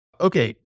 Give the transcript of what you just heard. Okay